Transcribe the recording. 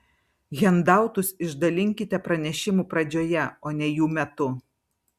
hendautus išdalinkite pranešimų pradžioje o ne jų metu